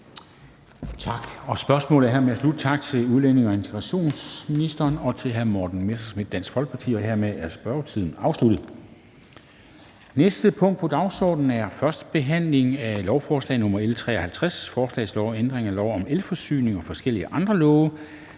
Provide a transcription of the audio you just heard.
Tak. Spørgsmålet er hermed slut. Tak til udlændinge- og integrationsministeren og til hr. Morten Messerschmidt, Dansk Folkeparti. Hermed er spørgetiden afsluttet. --- Det næste punkt på dagsordenen er: 2) 1. behandling af lovforslag nr. L 53: Forslag til lov om ændring af lov om elforsyning og forskellige andre love.